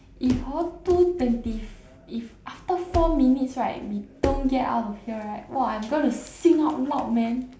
if hor two twenty four if after four minutes right we don't get out of here right !wah! I'm gonna sing out loud man